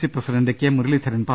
C president K Muraleedharan M